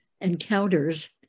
encounters